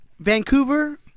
Vancouver